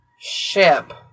ship